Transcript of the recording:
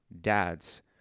dads